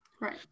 Right